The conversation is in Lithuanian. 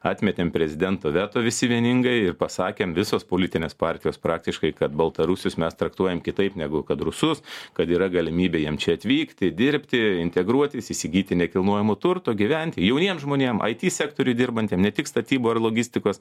atmetėm prezidento veto visi vieningai ir pasakėm visos politinės partijos praktiškai kad baltarusius mes traktuojam kitaip negu kad rusus kad yra galimybė jiem čia atvykti dirbti integruotis įsigyti nekilnojamo turto gyventi jauniem žmonėm it sektoriuj dirbantiem ne tik statybų ar logistikos